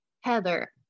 heather